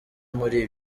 muri